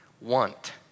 want